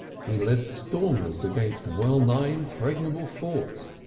he led stormers against well-nigh impregnable forts,